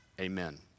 amen